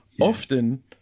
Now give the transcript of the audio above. often